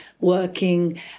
working